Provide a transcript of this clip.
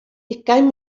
ugain